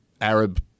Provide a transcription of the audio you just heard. Arab